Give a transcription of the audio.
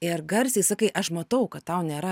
ir garsiai sakai aš matau kad tau nėra